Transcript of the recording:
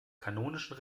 kanonischen